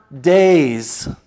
days